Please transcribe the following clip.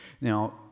Now